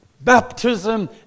baptism